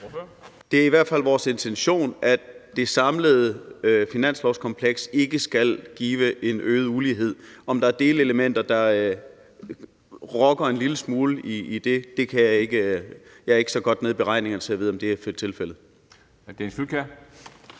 Det er i hvert fald vores intention, at det samlede finanslovskompleks ikke skal give en øget ulighed. Om der er delelementer, der rokker en lille smule ved det, kan jeg ikke sige; jeg er ikke så godt nede i beregningerne, at jeg kan vide, om det er tilfældet.